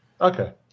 Okay